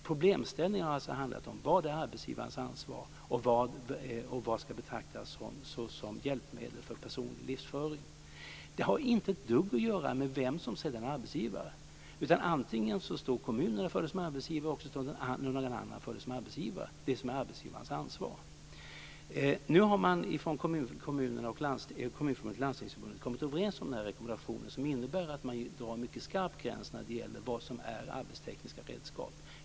Problemet har handlat om vad som är arbetsgivarens ansvar och vad som ska betraktas som hjälpmedel för personlig livsföring. Det har inte ett dugg att göra med vem som sedan är arbetsgivare. Antingen står kommunen för arbetsgivarens ansvar eller någon annan arbetsgivare. Nu har Kommunförbundet och Landstingsförbundet kommit överens om rekommendationen, som innebär att man drar en mycket skarp gräns när det gäller vad som är arbetstekniska redskap.